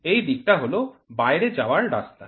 এই দিক টা হল বাইরে যাওয়ার রাস্তা